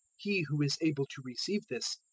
he who is able to receive this,